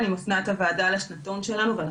אני מפנה את הוועדה לשנתון שלנו ואני